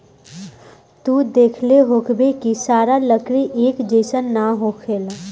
तू देखले होखबऽ की सारा लकड़ी एक जइसन ना होखेला